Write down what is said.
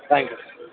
thank you